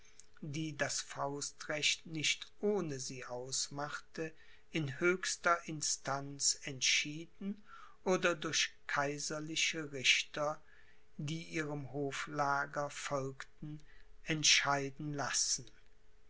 die das faustrecht nicht ohne sie ausmachte in höchster instanz entschieden oder durch kaiserliche richter die ihrem hoflager folgten entscheiden lassen